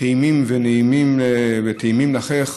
נעימים וטעימים לחך.